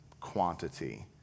quantity